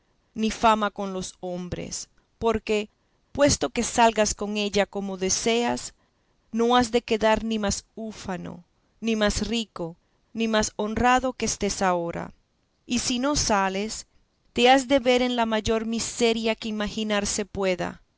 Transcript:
ni fama con los hombres porque puesto que salgas con ella como deseas no has de quedar ni más ufano ni más rico ni más honrado que estás ahora y si no sales te has de ver en la mayor miseria que imaginarse pueda